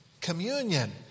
Communion